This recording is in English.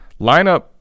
lineup